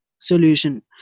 solution